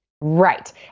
Right